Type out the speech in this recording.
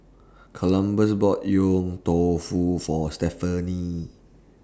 Columbus bought Yong Tau Foo For Stephany